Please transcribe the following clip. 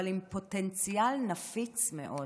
אבל עם פוטנציאל נפיץ מאוד.